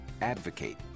advocate